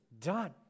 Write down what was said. done